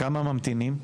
כמה ממתינים?